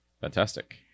Fantastic